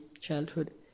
childhood